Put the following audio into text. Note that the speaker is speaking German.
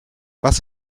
was